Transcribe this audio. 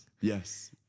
Yes